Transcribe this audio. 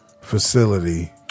facility